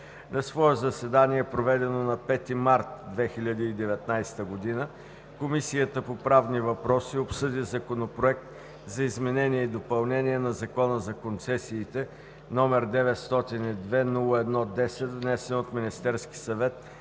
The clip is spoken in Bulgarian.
На свое заседание, проведено на 5 март 2019 г., Комисията по правни въпроси обсъди Законопроект за изменение и допълнение на Закона за концесиите, № 902-01-10, внесен от Министерския съвет